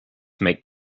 make